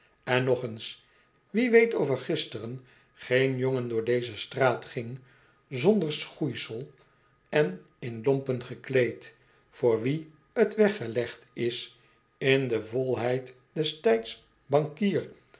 en nog eens wie weet of er gisteren geen jongen door deze straat ging zonder schoeisel en in lompen gekleed voor wien t weggelegd is in de volheid des tijds bankier